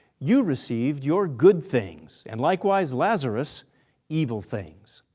you received your good things and likewise lazarus evil things.